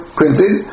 printed